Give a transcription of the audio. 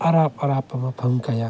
ꯑꯔꯥꯞ ꯑꯔꯥꯞꯄ ꯃꯐꯝ ꯀꯌꯥ